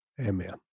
amen